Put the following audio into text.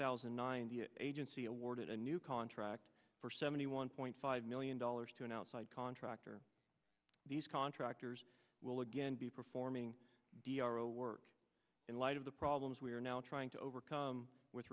thousand and nine the agency awarded a new contract for seventy one point five million dollars to an outside contractor these contractors will again be performing diarra work in light of the problems we are now trying to overcome with